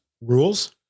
rules